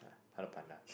Hello Panda